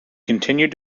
continued